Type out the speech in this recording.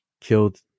killed